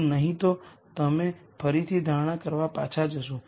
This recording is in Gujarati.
જો નહીં તો તમે ફરીથી ધારણા કરવા પાછા જશો